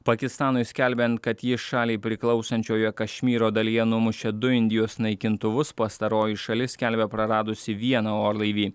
pakistanui skelbiant kad ji šaliai priklausančioje kašmyro dalyje numušė du indijos naikintuvus pastaroji šalis skelbia praradusi vieną orlaivį